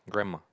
grandma